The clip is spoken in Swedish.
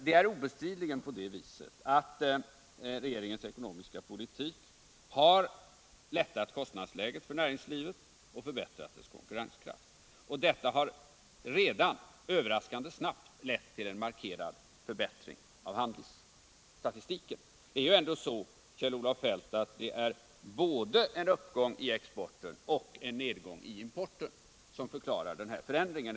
Det är obestridligen på det viset att regeringens ekonomiska politik har lättat kostnadsläget för näringslivet och förbättrat dess konkurrenskraft. Detta har redan, överraskande snabbt, lett till en markerad förbättring av handelsstatistiken. Det är ju ändå, Kjell-Olof Feldt, både en uppgång i exporten och en nedgång i importen som förklarar den här förändringen.